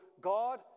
God